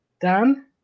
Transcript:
Dan